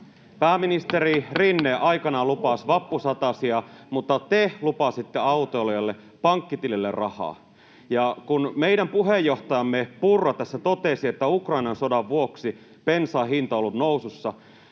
Pääministeri Rinne aikanaan lupasi vappusatasia, mutta te lupasitte autoilijoille pankkitilille rahaa. Kun meidän puheenjohtajamme Purra tässä totesi, että Ukrainan sodan vuoksi bensan hinta on ollut nousussa,